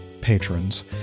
patrons